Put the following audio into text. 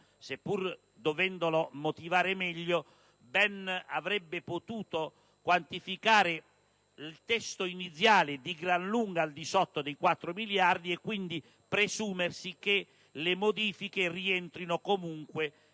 seppur dovendolo motivare meglio, ben avrebbe potuto quantificare il testo iniziale di gran lunga al di sotto di 4 miliardi, presumendo quindi che le modifiche rientrino comunque